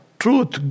truth